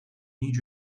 need